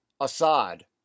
Assad